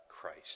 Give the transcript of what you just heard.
Christ